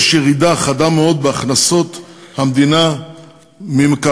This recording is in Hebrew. יש ירידה חדה מאוד בהכנסות המדינה ממקרקעין.